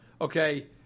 Okay